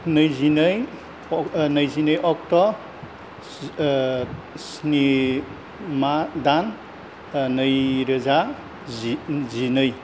नैजिनै नैजिनै अक्ट' स्नि दान नैरोजा जिनै